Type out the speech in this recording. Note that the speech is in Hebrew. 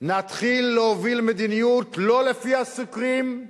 נתחיל להוביל מדיניות לא לפי הסוקרים,